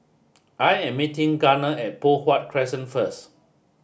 I am meeting Garner at Poh Huat Crescent first